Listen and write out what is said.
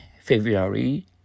February